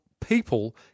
people